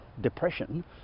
depression